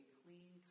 clean